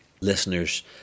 listeners